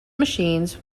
machines